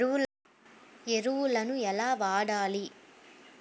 ఎరువులను ఎలా వాడాలి?